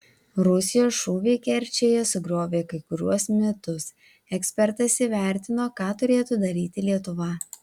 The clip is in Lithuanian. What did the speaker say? rusijos šūviai kerčėje sugriovė kai kuriuos mitus ekspertas įvertino ką turėtų daryti lietuva